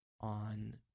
on